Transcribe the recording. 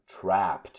trapped